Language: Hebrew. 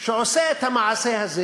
שעושה את המעשה הזה,